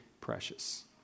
precious